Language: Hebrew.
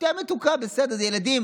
שתייה מתוקה, בסדר, זה לילדים.